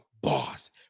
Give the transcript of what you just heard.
boss